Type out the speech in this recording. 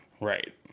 Right